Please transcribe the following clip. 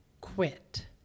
quit